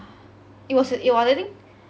it was it was I think